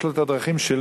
יש לו את הדרכים שלו,